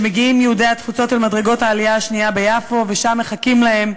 שמגיעים יהודי התפוצות אל מדרגות העלייה-השנייה ביפו ושם מחכים להם,